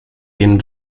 den